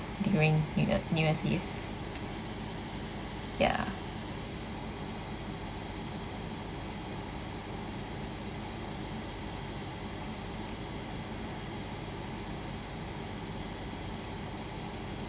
during new year new year's eve ya